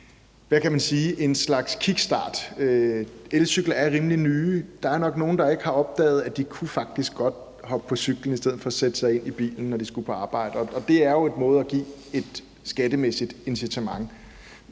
her forslag som en slags kickstart. Elcykler er en rimelig ny ting. Der er nok nogle, der ikke har opdaget, at de faktisk godt kunne hoppe på cyklen i stedet for at sætte sig ind i bilen, når de skal på arbejde, og det her er jo en måde at give et skattemæssigt incitament